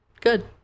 good